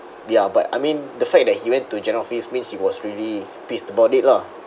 ya but I mean the fact that he went to general office means he was really pissed about it lah